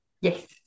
Yes